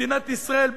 ומדינת ישראל,